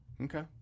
okay